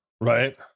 right